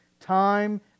time